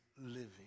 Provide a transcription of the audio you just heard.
living